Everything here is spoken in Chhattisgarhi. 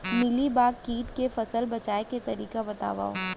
मिलीबाग किट ले फसल बचाए के तरीका बतावव?